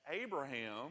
Abraham